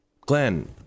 Glenn